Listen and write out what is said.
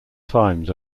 times